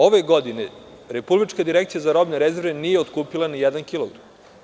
Ove godine Republička direkcija za robne rezerve nije otkupila nijedan kilogram.